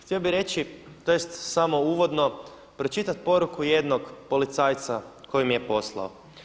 Htio bi reći tj. samo uvodno pročitati poruku jednog policajca koju mi je poslao.